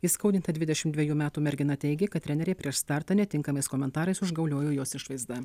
įskaudinta dvidešim dvejų metų mergina teigė kad trenerė prieš startą netinkamais komentarais užgauliojo jos išvaizdą